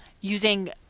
using